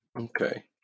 Okay